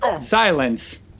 Silence